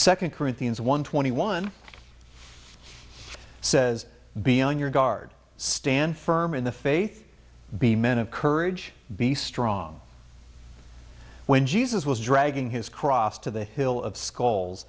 second corinthians one twenty one says be on your guard stand firm in the faith be men of courage be strong when jesus was dragging his cross to the hill of scho